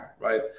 right